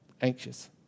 anxious